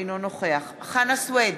אינו נוכח חנא סוייד,